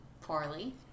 poorly